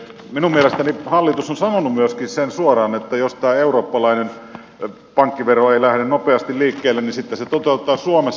minun mielestäni hallitus on sanonut suoraan myöskin sen että jos tämä eurooppalainen pankkivero ei lähde nopeasti liikkeelle niin sitten se toteutetaan suomessa